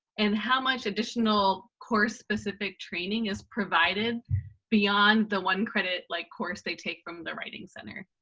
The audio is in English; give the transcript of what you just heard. and how much additional course-specific training is provided beyond the one-credit like course they take from the writing center.